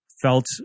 Felt